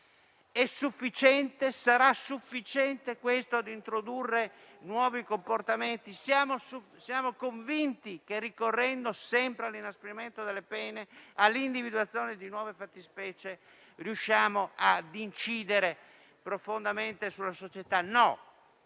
sufficiente tutto questo ad introdurre nuovi comportamenti? Siamo convinti che ricorrendo sempre all'inasprimento delle pene e all'individuazione di nuove fattispecie, riusciamo ad incidere profondamente sulla società? No,